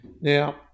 Now